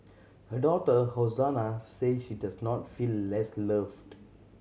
her daughter Hosanna says she does not feel less loved